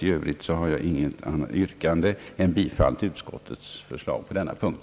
I övrigt har jag inget annat yrkande än om bifall till utskottets förslag på denna punkt.